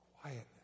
Quietness